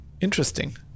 interesting